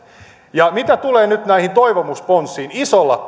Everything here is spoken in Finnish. mitä tulee nyt näihin toivomusponsiin isolla